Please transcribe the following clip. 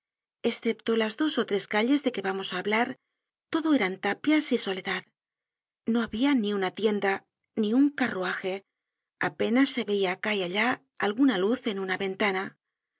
escepto las dos ó tres calles de que vamos á hablar todo eran tapias y soledad no habia ni una tienda ni ua carruaje apenas se veia acá y allá alguna luz eii una ventana